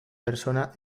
persona